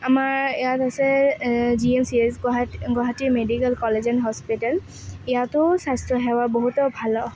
আমাৰ ইয়াত আছে G M C H Gauhati Guwahati medical college and hospital ইয়াতো স্বাস্থ্য সেৱা বহুতো ভাল'